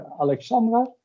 Alexandra